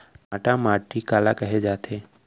भांटा माटी काला कहे जाथे?